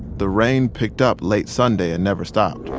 the rain picked up late sunday and never stopped.